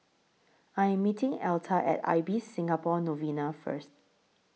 I Am meeting Elta At Ibis Singapore Novena First